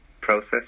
process